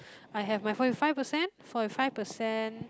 I have my forty five percent forty five percent